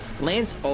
Lance